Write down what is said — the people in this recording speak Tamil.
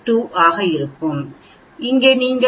732 ஆக இருக்கும் அங்கு நீங்கள் விரும்பும் 1